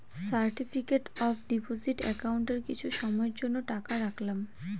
certificate of deposit একাউন্টে কিছু সময়ের জন্য টাকা রাখলাম